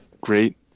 great